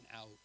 out